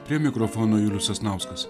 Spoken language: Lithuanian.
prie mikrofono julius sasnauskas